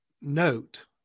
note